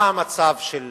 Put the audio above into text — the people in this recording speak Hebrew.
מה המצב של